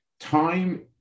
Time